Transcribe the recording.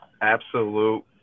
absolute